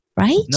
Right